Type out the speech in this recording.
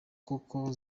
kuko